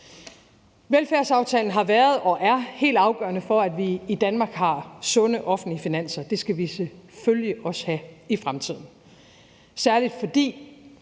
Velfærdsaftalen har været og er helt afgørende for, at vi i Danmark har sunde offentlige finanser, og det skal vi selvfølgelig også have i fremtiden, særlig fordi